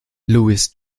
louis